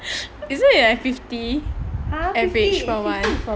isn't it like fifty average for one